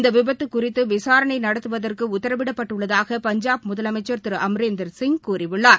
இந்த விபத்து குறிதது விசாரணை நடத்துவதற்கு உத்தரவிடப்பட்டுள்ளதாக பஞ்சாப் முதலமைச்சா் திரு அம்ரேந்தர் சிங் கூறியுள்ளார்